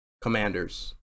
commanders